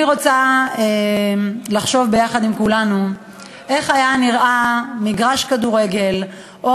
אני רוצה לחשוב יחד עם כולנו איך היו נראים מגרשי כדורגל או